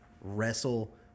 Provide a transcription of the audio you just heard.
wrestle